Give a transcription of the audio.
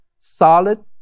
solid